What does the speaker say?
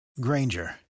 Granger